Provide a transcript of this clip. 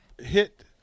hit